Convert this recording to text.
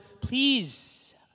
Please